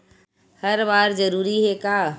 हर बार जरूरी हे का?